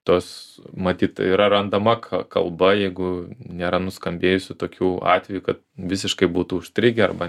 tos matyt yra randama kalba jeigu nėra nuskambėjusių tokių atvejų kad visiškai būtų užstrigę arba